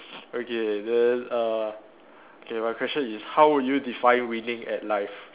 okay then uh okay my question is how would you define winning at life